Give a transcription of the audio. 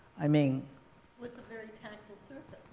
i mean with a very tactile surface.